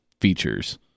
features